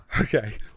Okay